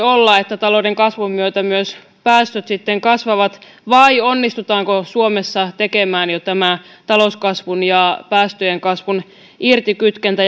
olla että talouden kasvun myötä myös päästöt sitten kasvavat vai onnistutaanko suomessa tekemään jo tämä talouskasvun ja päästöjen kasvun irtikytkentä